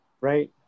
right